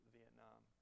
Vietnam